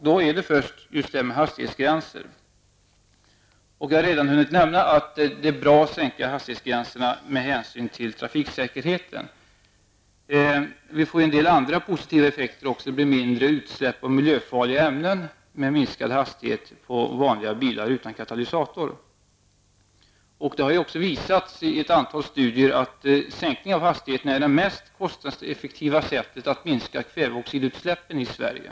Det gäller först frågan om hastighetsgränser. Jag har redan hunnit nämna att det är bra att sänka hastighetsgränserna av hänsyn till trafiksäkerheten. Vi får också en del andra positiva effekter. Det blir mindre utsläpp av miljöfarliga ämnen med minskade hastigheter för vanliga bilar utan katalysator. Det har också i ett antal studier visats att sänkta hastigheter är det mest kostnadseffektiva sättet att minska kväveoxidutsläppen i Sverige.